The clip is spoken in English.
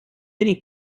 many